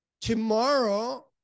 tomorrow